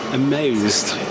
amazed